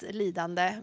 lidande